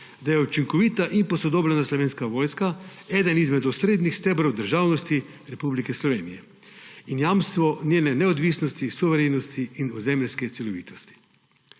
da je učinkovita in posodobljena Slovenska vojska eden izmed osrednjih stebrov državnosti Republike Slovenije in jamstvo njene neodvisnosti, suverenosti in ozemeljske celovitosti.